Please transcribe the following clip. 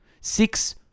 Six